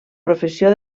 professió